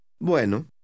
Bueno